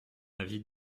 avis